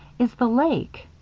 is the lake?